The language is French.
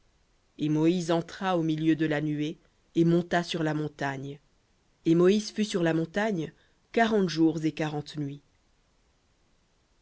et moïse entra au milieu de la nuée et monta sur la montagne et moïse fut sur la montagne quarante jours et quarante nuits